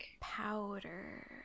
Powder